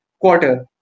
quarter